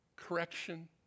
correction